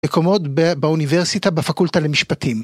מקומות באוניברסיטה בפקולטה למשפטים.